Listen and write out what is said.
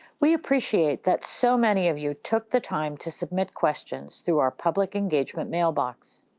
we appreciate that so many of you took the time to submit questions through our public engagement mailbox.